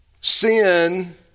Sin